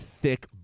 thick